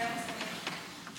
מתחייבת אני